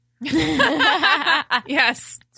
yes